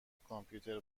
کامپیوتر